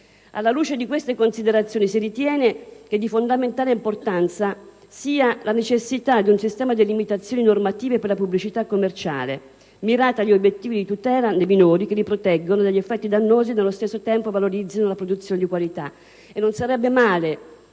Alla luce di queste considerazioni, si ritiene di fondamentale importanza ribadire la necessità di un sistema di limitazioni normative per la pubblicità commerciale, mirate agli obiettivi di tutela dei minori, che li proteggano dagli effetti dannosi e nello stesso tempo valorizzino la produzione di qualità.